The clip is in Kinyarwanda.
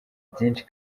byinshi